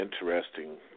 interesting